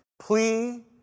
plea